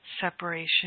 separation